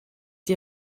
die